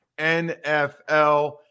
NFL